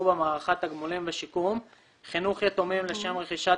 במערכה (תגמולים ושיקום)(חינוך יתומים לשם רכישת